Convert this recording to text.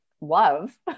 love